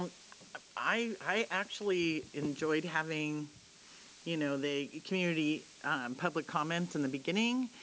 um i actually enjoyed having you know the community public comment in the beginning,